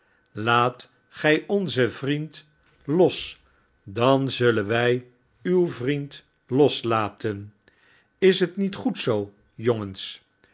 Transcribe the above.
laat gij onze vrienden los dan zuuen wij uw vnend loslaten is het niet goed zoo